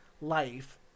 life